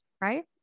right